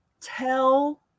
tell